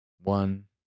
one